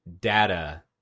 data